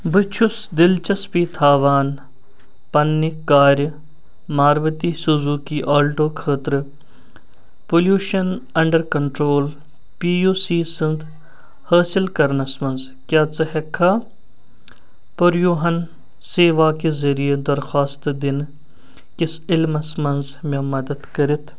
بہٕ چھُس دلچسپی تھاوان پننہِ کارِ ماروتی سوزوکی آلٹو خٲطرٕ pollution under control P U C سنَد حٲصل کرنَس منٛز کیاہ ژٕ ہیٚکہِ کھاہ پریوہَن سیوا کہِ ذٔریعہٕ درخواست دنہٕ کِس علمَس منٛز مےٚ مدد کٔرتھ